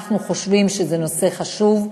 אנחנו חושבים שזה נושא חשוב,